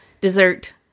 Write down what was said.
dessert